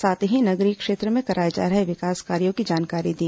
साथ ही नगरीय क्षेत्र में कराए जा रहे विकास कार्यो की जानकारी दी